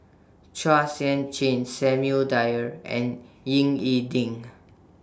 Chua Sian Chin Samuel Dyer and Ying E Ding